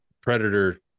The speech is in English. predator